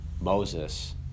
Moses